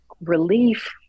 relief